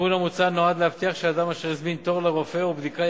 התיקון המוצע נועד להבטיח שאדם אשר הזמין תור לרופא או לבדיקה,